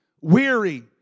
weary